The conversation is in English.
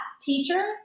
teacher